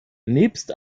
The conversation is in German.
nebst